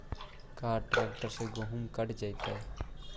का ट्रैक्टर से गेहूं कटा जितै?